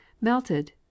melted